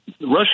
Russia